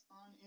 on